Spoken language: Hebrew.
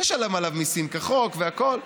תשלם עליו מיסים כחוק והכול,